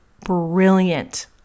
brilliant